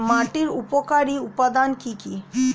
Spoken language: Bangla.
মাটির উপকারী উপাদান কি কি?